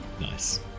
nice